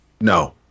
No